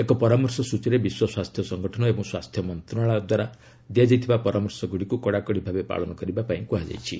ଏକ ପରାମର୍ଶ ସୂଚୀରେ ବିଶ୍ୱ ସ୍ୱାସ୍ଥ୍ୟ ସଂଗଠନ ଓ ସ୍ୱାସ୍ଥ୍ୟ ମନ୍ତ୍ରଣାଳୟ ଦ୍ୱାରା ଦିଆଯାଇଥିବା ପରାମର୍ଶ ଗୁଡ଼ିକୁ କଡାକଡ଼ି ଭାବେ ପାଳନ କରିବା ଲାଗି କୁହାଯାଇଛି